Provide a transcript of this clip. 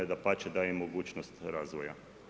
Dapače, daje im mogućnost razvoja.